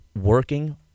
working